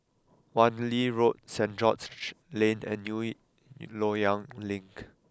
Wan Lee Road St George's Lane and New Loyang Link